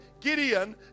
Gideon